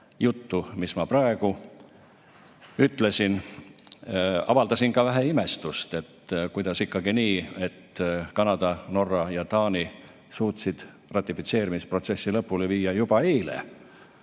mis ma praegu ütlesin. Avaldasin ka vähe imestust – kuidas ikkagi nii, et Kanada, Norra ja Taani suutsid ratifitseerimisprotsessi lõpule viia juba eile?